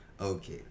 Okay